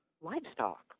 livestock